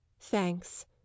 thanks